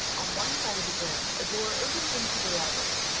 on one side of the room a door opens into the library.